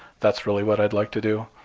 that's really what i'd like to do.